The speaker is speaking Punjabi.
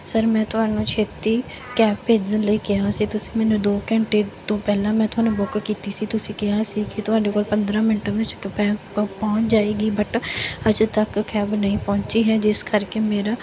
ਸਰ ਮੈਂ ਤੁਹਾਨੂੰ ਛੇਤੀ ਕੈਬ ਭੇਜਣ ਲਈ ਕਿਹਾ ਸੀ ਤੁਸੀਂ ਮੈਨੂੰ ਦੋ ਘੰਟੇ ਤੋਂ ਪਹਿਲਾਂ ਮੈਂ ਤੁਹਾਨੂੰ ਬੁੱਕ ਕੀਤੀ ਸੀ ਤੁਸੀਂ ਕਿਹਾ ਸੀ ਕਿ ਤੁਹਾਡੇ ਕੋਲ ਪੰਦਰਾਂ ਮਿੰਟਾਂ ਵਿੱਚ ਪਹੁੰਚ ਜਾਵੇਗੀ ਬਟ ਹਜੇ ਤੱਕ ਕੈਬ ਨਹੀਂ ਪਹੁੰਚੀ ਹੈ ਜਿਸ ਕਰਕੇ ਮੇਰਾ